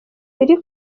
biri